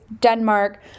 Denmark